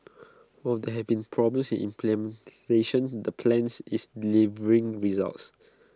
while there have been problems in implementation the plans is delivering results